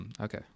okay